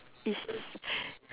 is